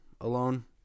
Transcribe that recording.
alone